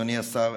אדוני השר,